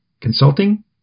Consulting